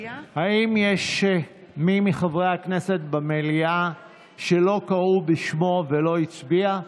האם יש מי מחברי הכנסת במליאה שלא קראו בשמו ולא הצביע?